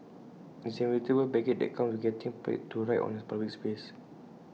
IT is the inevitable baggage that comes with getting paid to write on A public space